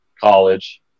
college